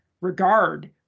regard